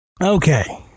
Okay